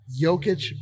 Jokic